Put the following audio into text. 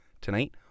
Tonight